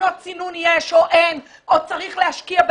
אי צריכה של